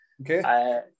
Okay